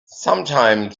sometime